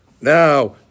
Now